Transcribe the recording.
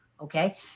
okay